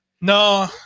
no